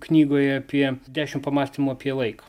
knygoje apie dešim pamąstymų apie laiką